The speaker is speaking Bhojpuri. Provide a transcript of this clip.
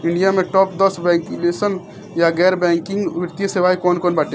इंडिया में टाप दस वैकल्पिक या गैर बैंकिंग वित्तीय सेवाएं कौन कोन बाटे?